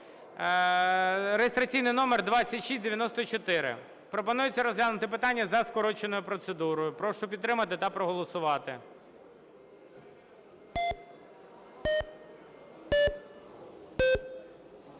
(реєстраційний номер 2694). Пропонується розглянути питання за скороченою процедурою. Прошу підтримати та проголосувати.